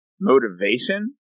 motivation